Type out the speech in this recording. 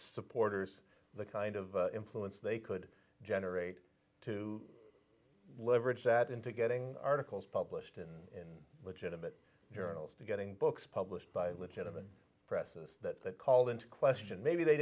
the porters the kind of influence they could generate to leverage that into getting articles published in legitimate journals to getting books published by legitimate presses that called into question maybe they